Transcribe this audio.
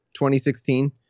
2016